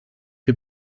wir